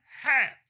half